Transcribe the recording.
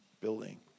building